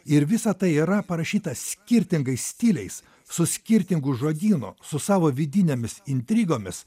ir visa tai yra parašyta skirtingais stiliais su skirtingu žodynu su savo vidinėmis intrigomis